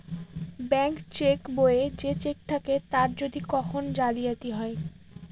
bank cheque বইয়ে যে cheque থাকে তার যদি কখন জালিয়াতি হয়